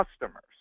customers